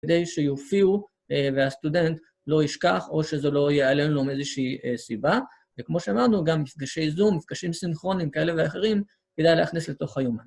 כדי שיופיעו והסטודנט לא ישכח, או שזה לא ייעלם לו מאיזושהי סיבה. וכמו שאמרנו, גם מפגשי זום, מפגשים סינכרונים, כאלה ואחרים, כדאי להכניס לתוך היומן.